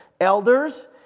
elders